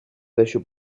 deixo